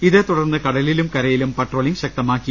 ഇതേത്തുടർന്ന് കടലിലും കരയിലും പട്രോളിംഗ് ശക്തമാ ക്കി